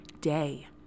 day